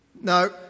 No